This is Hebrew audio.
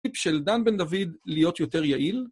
טיפ של דן בן דוד להיות יותר יעיל?